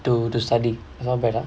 to to study not bad ah